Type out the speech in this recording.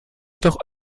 doch